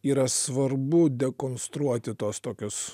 yra svarbu dekonstruoti tos tokius